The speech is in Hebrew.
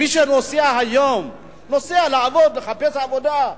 מי שנוסע היום, נוסע לעבוד, לחפש עבודה,